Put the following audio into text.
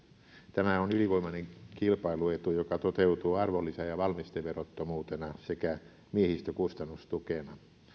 tämä on ylivoimainen kilpailuetu joka toteutuu arvonlisä ja valmisteverottomuutena sekä miehistökustannustukena